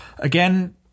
Again